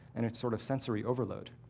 and it's sort of sensory overload.